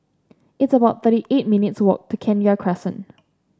it's about thirty eight minutes' walk to Kenya Crescent